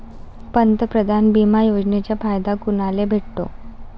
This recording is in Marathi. पंतप्रधान बिमा योजनेचा फायदा कुनाले भेटतो?